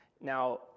now